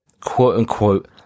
quote-unquote